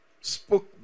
spoke